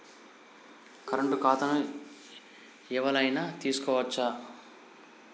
Current ఖాతాను ఎవలైనా తీసుకోవచ్చా?